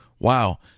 Wow